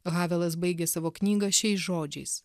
havelas baigė savo knygą šiais žodžiais